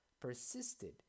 persisted